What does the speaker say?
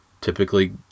Typically